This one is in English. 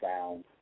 sound